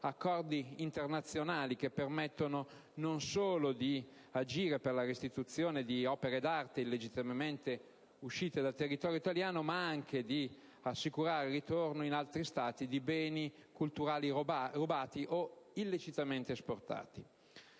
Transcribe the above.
accordi internazionali che permettono non solo di agire per la restituzione di opere d'arte illegittimamente uscite dal territorio italiano, ma anche di assicurare il ritorno in altri Stati di beni culturali rubati o illecitamente esportati.